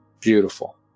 beautiful